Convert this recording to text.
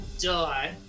die